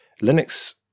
Linux